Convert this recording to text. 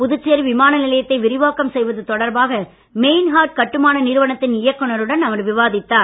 புதுச்சேரி விமான நிலையத்தை விரிவாக்கம் செய்வது தொடர்பாக மெயின்ஹார்ட் கட்டுமான நிறுவனத்தின் இயக்குநருடன் அவர் விவாதித்தார்